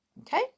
okay